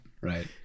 Right